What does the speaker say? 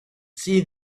see